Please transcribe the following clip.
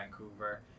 vancouver